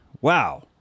wow